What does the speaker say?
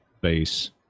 base